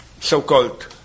so-called